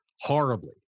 horribly